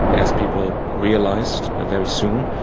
as people realised ah very soon,